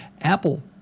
Apple